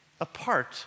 apart